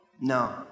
no